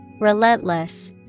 Relentless